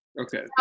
Okay